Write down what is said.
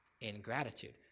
ingratitude